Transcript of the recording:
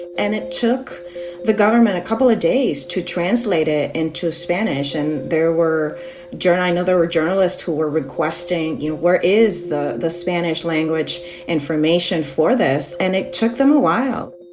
and it took the government a couple of days to translate it into spanish. and there were i know there were journalists who were requesting, you know, where is the the spanish language information for this? and it took them a while